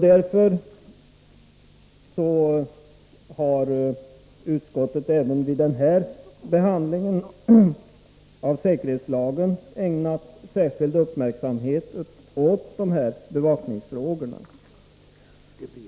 Därför har utskottet även vid denna behandling av säkerhetslagen ägnat särskild uppmärksamhet åt bevakningsfrågorna.